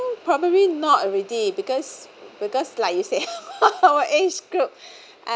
probably not already because because like you say our age group I